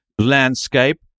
landscape